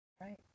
Right